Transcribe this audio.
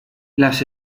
las